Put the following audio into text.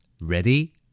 Ready